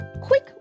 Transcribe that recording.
quick